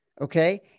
Okay